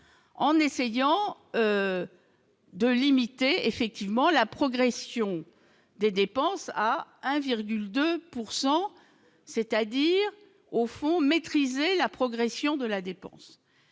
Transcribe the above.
en essayant de limiter effectivement la progression des dépenses à 1,2 pourcent c'est-à-dire, au fond, maîtriser la progression de la dépense